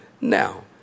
Now